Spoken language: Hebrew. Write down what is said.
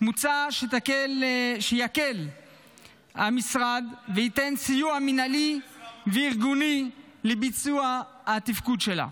מוצע שיקל המשרד וייתן סיוע מינהלי וארגוני לביצוע התפקוד שלה.